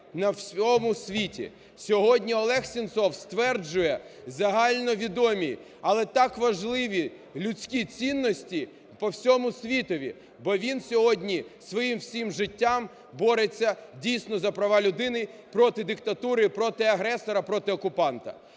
у всьому світі. Сьогодні Олег Сенцов стверджує загальновідомі, але так важливі людські цінності по всьому світові, бо він сьогодні своїм всім життям бореться дійсно за права людини, проти диктатури, проти агресора, проти окупанта.